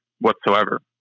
whatsoever